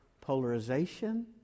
polarization